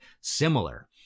similar